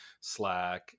Slack